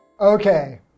Okay